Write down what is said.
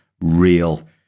real